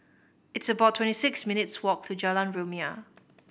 it's about twenty six minutes' walk to Jalan Rumia